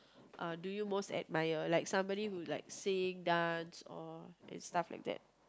uh do you most admire like somebody who like sing dance or stuff like that